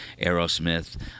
Aerosmith